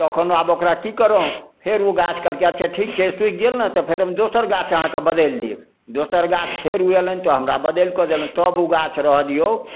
तखन आब ओकरा कि करोँ फेर ओ गाछ कहलकै अच्छा ठीक छै सुखि गेल ने तऽ फेर हम दोसर गाछ अहाँके बदलि देब दोसर गाछ फेर ओ अएलनि तऽ हमरा बदलि कऽ देलनि तब ओ गाछ रहऽ दिऔ